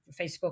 Facebook